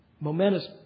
momentous